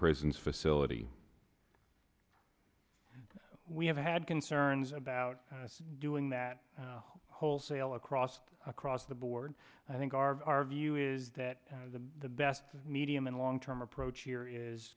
prisons facility we have had concerns about doing that wholesale across the across the board i think our view is that the best medium and long term approach here is